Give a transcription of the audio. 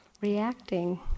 reacting